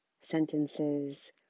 sentences